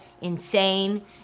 insane